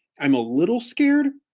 i'm a little scared,